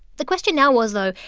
the question now was, though,